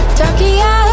tokyo